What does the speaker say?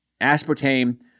aspartame